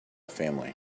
family